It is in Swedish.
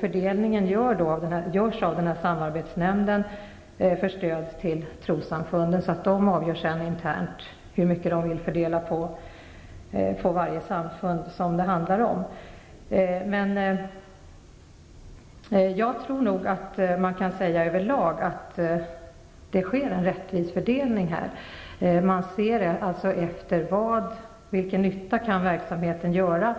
Fördelningen avgörs av samarbetsnämnden för stöd till trossamfunden. Den avgör internt hur mycket man vill fördela på varje trossamfund som det handlar om. Jag tror nog att man kan säga överlag att det sker en rättvis fördelning. Man ser alltså till vilken nytta verksamheten kan vara